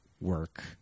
work